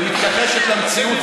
ומתכחשת למציאות,